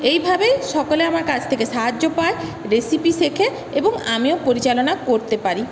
এইভাবেই সকলে আমার কাছ থেকে সাহায্য পায় রেসিপি শেখে এবং আমিও পরিচালনা করতে পারি